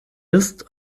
ist